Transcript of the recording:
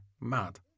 Mad